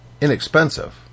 inexpensive